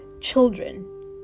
children